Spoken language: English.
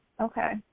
Okay